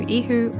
ihu